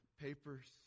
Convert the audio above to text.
papers